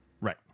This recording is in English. right